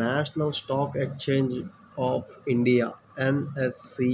national stock exchange of India NSE